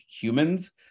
humans